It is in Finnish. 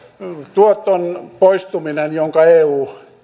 tuoton poistuminen jonka eu